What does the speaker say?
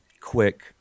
quick